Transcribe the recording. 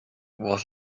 was